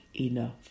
enough